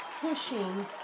pushing